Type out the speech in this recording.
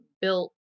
built